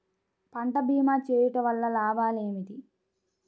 పంట భీమా చేయుటవల్ల లాభాలు ఏమిటి?